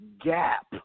gap